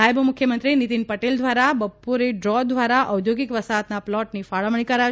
નાયબ મુખ્યમંત્રી નિતીન પટેલ દ્વારા બપોરે ડ્રો દ્વારા ઓદ્યોગિક વસાહતના પ્લોટની ફાળવણી કરાશે